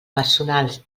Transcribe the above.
personals